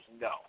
no